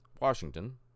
Washington